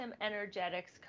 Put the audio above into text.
energetics